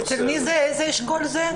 אצל מי זה, איזה אשכול זה?